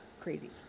crazy